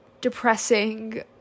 depressing